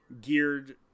geared